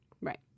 Right